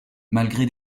malgré